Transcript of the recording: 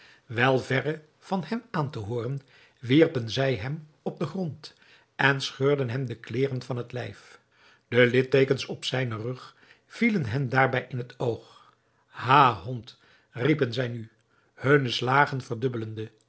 wel verre van hem aan te hooren wierpen zij hem op den grond en scheurden hem de kleêren van t lijf de lidteekens op zijnen rug vielen hen daarbij in het oog ha hond riepen zij nu hunne slagen verdubbelende